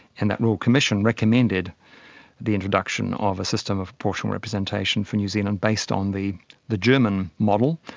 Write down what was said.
and that royal commission recommended the introduction of a system of proportional representation for new zealand based on the the german model,